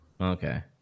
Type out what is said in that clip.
Okay